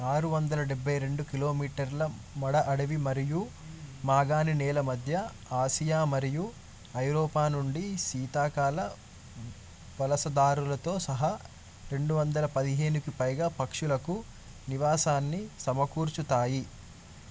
ఆరు వందల డెబ్బై రెండు కిలోమీటర్ల మడ అడవి మరియు మాగాణి నేల మధ్య ఆసియా మరియు ఐరోపా నుండి శీతాకాల వలసదారులతో సహా రెండు వందల పదిహేనుకు పైగా పక్షులకు నివాసాన్ని సమకూర్చుతాయి